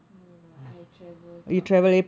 no no I travel from home